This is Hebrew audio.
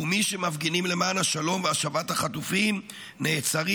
ומי שמפגינים למען השלום ולמען השבת החטופים נעצרים,